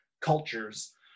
cultures